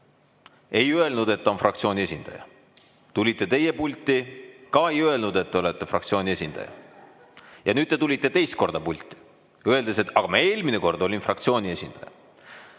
ei öelnud, et ta on fraktsiooni esindaja. Tulite teie pulti, ka ei öelnud, et te olete fraktsiooni esindaja. Ja nüüd te tulite teist korda pulti, öeldes, et te eelmisel korral olite fraktsiooni esindaja.